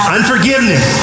Unforgiveness